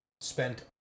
spent